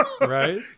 Right